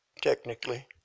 technically